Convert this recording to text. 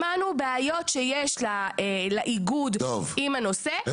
שמענו בעיות שיש לאיגוד עם הנושא,